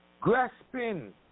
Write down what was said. grasping